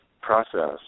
process